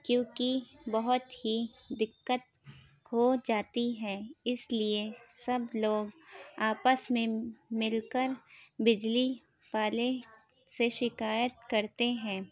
کیونکہ بہت ہی دِقّت ہو جاتی ہے اس لیے سب لوگ آپس میں مل کر بجلی والے سے شکایت کرتے ہیں